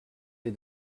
les